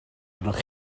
arnoch